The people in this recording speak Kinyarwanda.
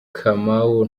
kamau